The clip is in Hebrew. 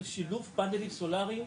של שילוב פאנלים סולאריים,